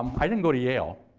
um i didn't got to yale.